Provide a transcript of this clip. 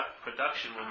production